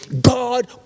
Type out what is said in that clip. God